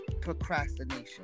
procrastination